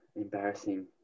Embarrassing